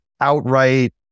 outright